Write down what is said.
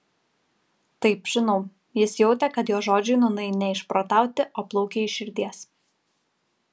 taip žinau jis jautė kad jo žodžiai nūnai ne išprotauti o plaukia iš širdies